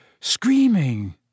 screaming